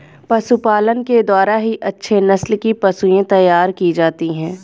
पशुपालन के द्वारा ही अच्छे नस्ल की पशुएं तैयार की जाती है